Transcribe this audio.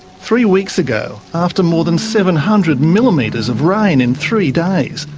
three weeks ago, after more than seven hundred millimetres of rain in three days,